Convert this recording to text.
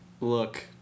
look